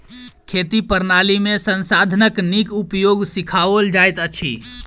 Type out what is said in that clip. खेती प्रणाली में संसाधनक नीक उपयोग सिखाओल जाइत अछि